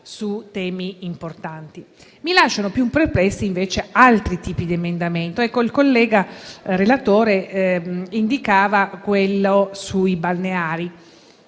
Mi lasciano più perplessa invece altri emendamenti: il collega relatore ha indicato quello sui balneari.